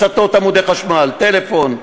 הצתות עמודי חשמל וטלפון,